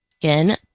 again